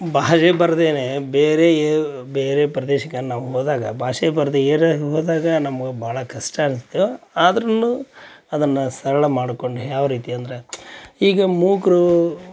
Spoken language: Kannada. ಭಾಷೆ ಬರ್ದೇ ಬೇರೆ ಬೇರೆ ಪ್ರದೇಶಕ್ಕೆ ನಾವು ಹೋದಾಗ ಭಾಷೆ ಬರದೇ ಎರಾರು ಹೋದಾಗ ನಮ್ಗೆ ಭಾಳ ಕಷ್ಟ ಅನಿಸ್ತು ಆದ್ರೂನು ಅದನ್ನು ಸರಳ ಮಾಡಿಕೊಂಡೆ ಯಾವ ರೀತಿ ಅಂದ್ರೆ ಈಗ ಮೂಕರು